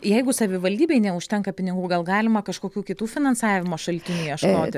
jeigu savivaldybei neužtenka pinigų gal galima kažkokių kitų finansavimo šaltinių ieškoti